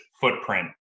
footprint